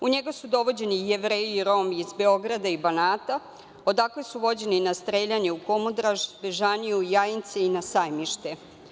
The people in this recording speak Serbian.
U njega su dovođeni i Jevreji i Romi iz Beograda i Banata, odakle su vođeni na streljane u Kumodraž, Bežaniju, Jajince i na Sajmište.